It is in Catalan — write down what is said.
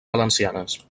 valencianes